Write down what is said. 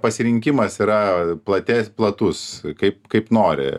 pasirinkimas yra plates platus kaip kaip nori